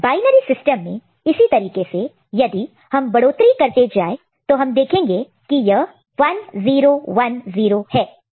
binary system में इसी तरीके से यदि हम बढ़ोतरी इंक्रीमेंट increment करते जाए तो हम देखेंगे कि यह 1 0 1 0 है